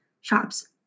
shops